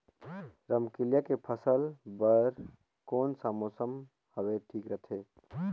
रमकेलिया के फसल बार कोन सा मौसम हवे ठीक रथे?